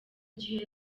gihe